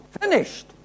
finished